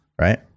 right